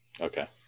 Okay